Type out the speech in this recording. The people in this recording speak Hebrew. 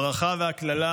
הברכה והקללה.